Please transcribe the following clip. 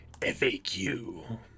FAQ